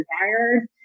desired